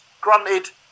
Granted